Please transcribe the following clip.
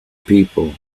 people